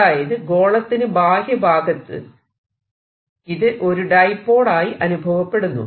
അതായത് ഗോളത്തിനു ബാഹ്യഭാഗത്ത് ഇത് ഒരു ഡൈപോൾ ആയി അനുഭവപ്പെടുന്നു